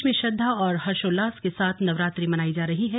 प्रदेश में श्रद्वा और हर्षोल्लास के साथ नवरात्रि मनायी जा रही है